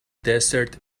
desert